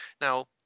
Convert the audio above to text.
Now